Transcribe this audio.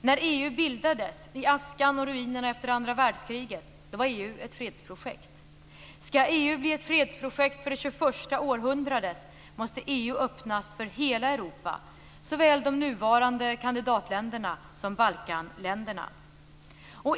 När EU bildades i askan och ruinerna efter andra världskriget var EU ett fredsprojekt. Skall EU bli ett fredsprojekt för det tjugoförsta århundradet måste EU öppnas för hela Europa. Det gäller såväl de nuvarande kandidatländerna som Balkanländerna.